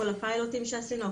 כל הפיילוטים שעשינו,